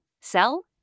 sell